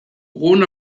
won